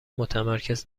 متمرکز